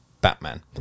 Batman